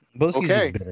Okay